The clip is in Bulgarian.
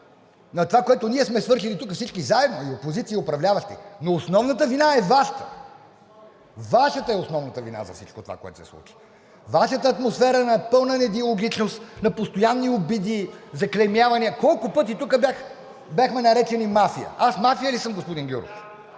на това, което ние сме свършили тук всички заедно – и опозиция, и управляващи, но основната вина е Вашата. Вашата е основната вина за всичко това, което се случва. Вашата атмосфера на пълна недиалогичност, на постоянни обиди, заклеймявания. Колко пъти тук бяхме наречени мафия? Аз мафия ли съм, господин Гюров?